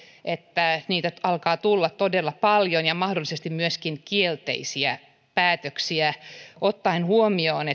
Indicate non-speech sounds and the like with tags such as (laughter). että niitä alkaa tulla todella paljon ja mahdollisesti myöskin kielteisiä päätöksiä ottaen huomioon (unintelligible)